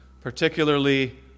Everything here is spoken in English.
particularly